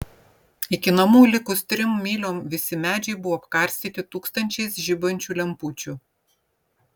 iki namų likus trim myliom visi medžiai buvo apkarstyti tūkstančiais žibančių lempučių